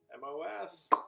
MOS